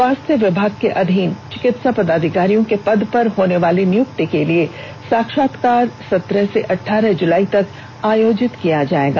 स्वास्थ्य विभाग के अधीन चिकित्सा पदाधिकारियों के पद पर होनेवाली नियुक्ति के लिए साक्षात्कार सत्रह से अठाइस जुलाई तक आयोजित किया जाएगा